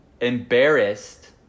embarrassed